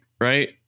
right